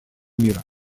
мира